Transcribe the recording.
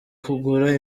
kugura